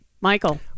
Michael